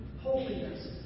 holiness